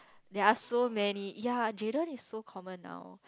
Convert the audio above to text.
ya so many ya Jayden is so common now